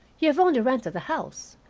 you have only rented the house.